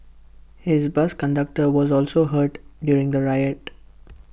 his bus conductor was also hurt during the riot